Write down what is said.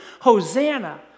Hosanna